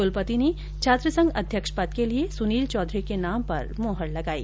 कुलपति ने छात्रसंघ अध्यक्ष पद के लिये सुनील चौधरी के नाम पर मोहर लगा दी